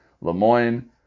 Lemoyne